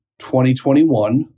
2021